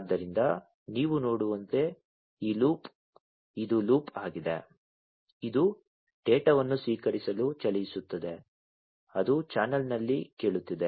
ಆದ್ದರಿಂದ ನೀವು ನೋಡುವಂತೆ ಈ ಲೂಪ್ ಇದು ಲೂಪ್ ಆಗಿದೆ ಇದು ಡೇಟಾವನ್ನು ಸ್ವೀಕರಿಸಲು ಚಲಿಸುತ್ತದೆ ಅದು ಚಾನಲ್ನಲ್ಲಿ ಕೇಳುತ್ತಿದೆ